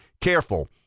careful